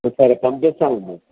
సరే పంపిస్తామమ్మ